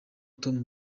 tom